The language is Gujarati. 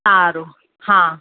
સારું હા